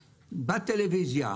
בטלוויזיה,